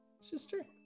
sister